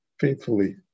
faithfully